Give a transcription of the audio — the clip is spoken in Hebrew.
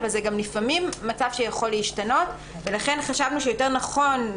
אבל זה לפעמים מצב שיכול להשתנות ולכן חשבנו שיותר נכון,